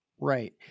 Right